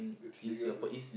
it's legal